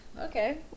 okay